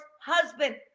husband